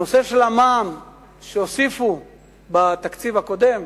הנושא של המע"מ שהוסיפו בתקציב הקודם,